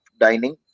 dining